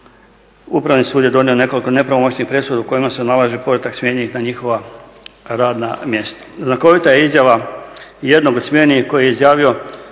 Upravni sud je donio nekoliko nepravomoćnih presuda u kojima se nalaže povratak smijenjenih na njihova radna mjesta. Znakovita je izjavna jednog u smjeni koji je izjavio